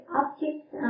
objects